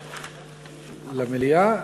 הודעה למליאה.